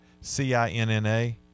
C-I-N-N-A